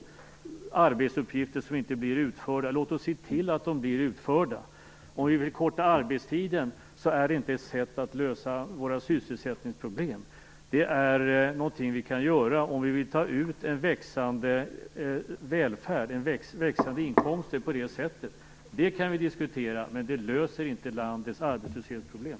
Det finns arbetsuppgifter som inte blir utförda. Låt oss se till att de blir utförda. Att korta arbetstiden är inte ett sätt att lösa våra sysselsättningsproblem. Det är någonting vi kan göra om vi vill ta ut en växande välfärd och växande inkomster på det sättet. Det kan vi diskutera, men det löser inte landets arbetslöshetsproblem.